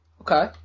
Okay